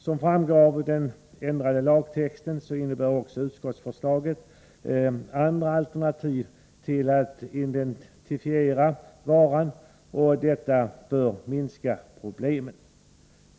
Som framgår av den ändrade lagtexten innebär utskottsförslaget också andra alternativ till identifikation av varan, och detta bör minska problemen.